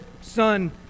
son